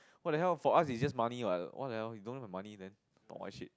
what the hell for us it's just money right what the hell you don't want the money then talk what shit